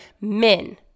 men